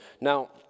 Now